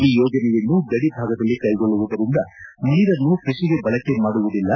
ಈ ಯೋಜನೆಯನ್ನು ಗಡಿ ಭಾಗದಲ್ಲಿ ಕೈಗೊಳ್ಳುವುದರಿಂದ ನೀರನ್ನು ಕೃಷಿಗೆ ಬಳಕೆ ಮಾಡುವುದಿಲ್ಲ